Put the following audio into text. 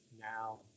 now